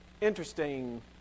Interesting